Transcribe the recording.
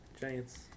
Giants